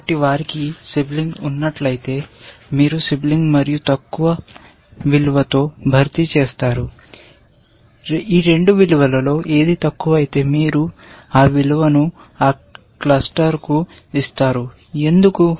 కాబట్టి వారికి సిబ్లింగ్ ఉన్నట్లయితే మీరు సిబ్లింగ్ మరియు తక్కువ విలువతో భర్తీ చేస్తారు 2 విలువలలో ఏది తక్కువైతే మీరు ఆ విలువను ఆ క్లస్టర్కు ఇస్తారు ఎందుకు